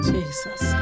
Jesus